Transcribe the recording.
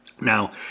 Now